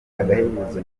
agahebuzo